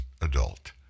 adult